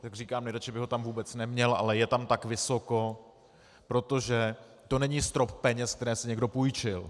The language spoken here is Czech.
Jak říkám, nejradši bych ho tam vůbec neměl, ale je tam tak vysoko, protože to není strop peněz, které si někdo půjčil.